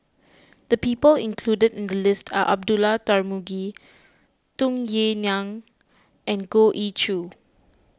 the people included in the list are Abdullah Tarmugi Tung Yue Nang and Goh Ee Choo